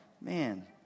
man